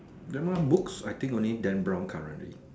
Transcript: grammar books I think only Dan brown currently